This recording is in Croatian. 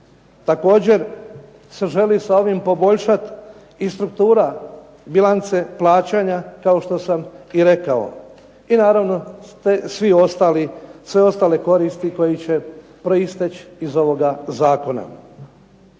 Također se želi sa ovim poboljšati i struktura bilance plaćanja, kao što sam rekao i naravno sve ostale koristi koje će proisteći iz ovoga zakona.